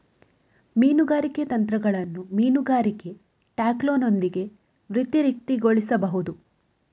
ಮೀನುಗಾರಿಕೆ ತಂತ್ರಗಳನ್ನು ಮೀನುಗಾರಿಕೆ ಟ್ಯಾಕ್ಲೋನೊಂದಿಗೆ ವ್ಯತಿರಿಕ್ತಗೊಳಿಸಬಹುದು